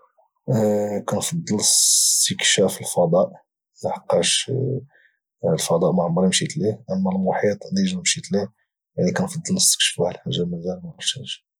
كنفضل استكشاف الفضاء لحقاش الفضاء ما عمري مشيت له اما المحيط ديجا مشيت له يعني كنفضل نستكشف في واحد الحاجه مازال ما عرفتهاش